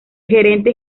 gerente